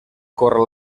córrer